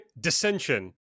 dissension